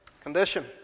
condition